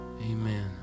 Amen